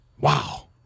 wow